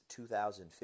2015